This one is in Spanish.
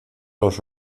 los